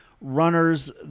runners